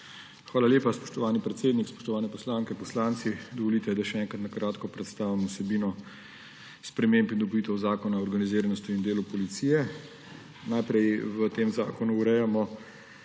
Hvala lepa. Spoštovani predsednik, spoštovani poslanke, poslanci! Dovolite, da še enkrat na kratko predstavim vsebino sprememb in dopolnitev Zakona o organiziranosti in delu policije. Najprej v tem zakonu urejamo